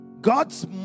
God's